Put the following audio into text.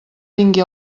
vingui